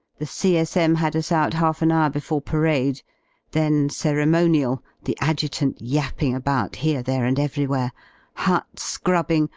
the c s m. had us out half an hour before parade then ceremonial, the adjutant yapping about here, there, and everywhere hut-scrubbing,